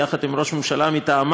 יחד עם ראש הממשלה מטעמה,